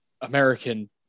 American